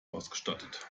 ausgestattet